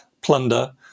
plunder